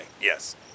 yes